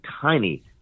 tiny